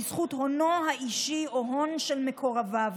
בזכות הונו האישי או הון של מקרוביו.